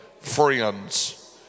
friends